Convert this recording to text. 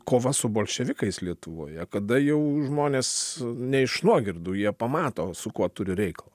kova su bolševikais lietuvoje kada jau žmonės ne iš nuogirdų jie pamato su kuo turi reikalą